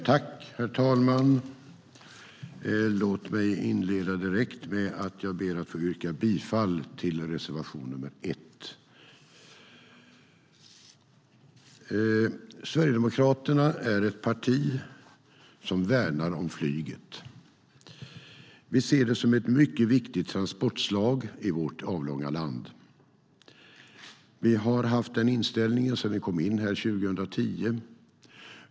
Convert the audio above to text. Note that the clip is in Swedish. Herr talman! Låt mig inleda med att yrka bifall till reservation 1. Sverigedemokraterna är ett parti som värnar om flyget. Vi ser det som ett mycket viktigt transportslag i vårt avlånga land. Vi har haft den inställningen sedan vi kom in i riksdagen 2010.